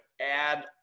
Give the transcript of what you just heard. add